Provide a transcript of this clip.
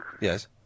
Yes